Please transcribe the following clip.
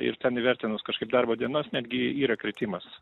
ir ten įvertinus kažkaip darbo dienas netgi yra kritimas